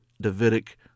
Davidic